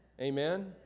Amen